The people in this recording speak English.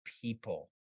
people